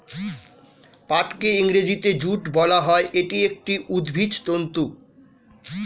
পাটকে ইংরেজিতে জুট বলা হয়, এটি একটি উদ্ভিজ্জ তন্তু